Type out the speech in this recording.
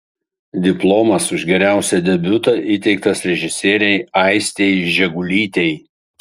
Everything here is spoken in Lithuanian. diplomas už geriausią debiutą įteiktas režisierei aistei žegulytei